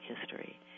history